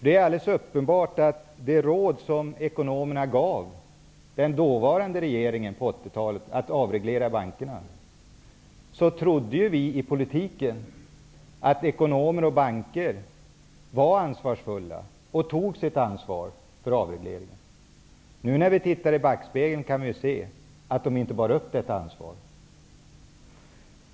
Det är alldeles uppenbart att när ekonomerna gav den dåvarande regeringen på 80-talet rådet att avreglera bankerna, trodde vi politiker att ekonomer och banker var ansvarsfulla och tog sitt ansvar för avregleringen. Nu när vi tittar i backspegeln kan vi ju se att de inte bar upp detta ansvar.